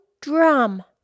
drum